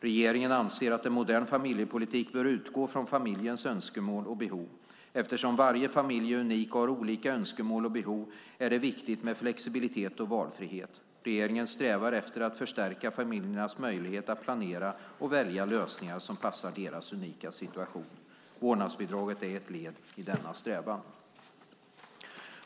Regeringens anser att en modern familjepolitik bör utgå ifrån familjens önskemål och behov. Eftersom varje familj är unik och har olika önskemål och behov är det är viktigt med flexibilitet och valfrihet. Regeringen strävar efter att förstärka familjernas möjligheter att planera och välja lösningar som passar deras unika situation. Vårdnadsbidraget är ett led i denna strävan.